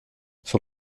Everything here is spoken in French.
son